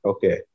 Okay